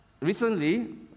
recently